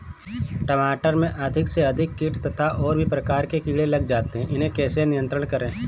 टमाटर में अधिक से अधिक कीट तथा और भी प्रकार के कीड़े लग जाते हैं इन्हें कैसे नियंत्रण करें?